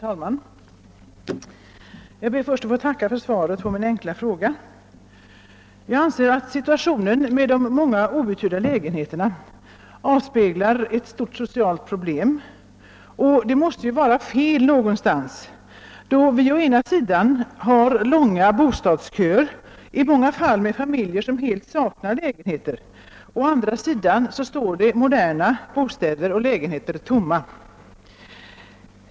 Herr talman! Jag ber att få tacka för svaret på min enkla fråga. Situationen med de många outhyrda lägenheterna avspeglar enligt min mening ett stort socialt problem. Det måste vara fel någonstans då det å ena sidan finns långa bostadsköer, i vilka även befinner sig familjer som helt saknar lägenheter, och å andra sidan moderna bostäder står tomma.